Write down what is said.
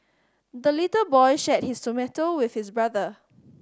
the little boy shared his tomato with his brother